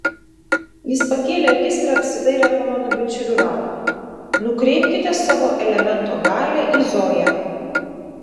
jis pakėlė akis ir apsidairė po mano bičiulių ratą nukreipkite savo elemento galią į zoją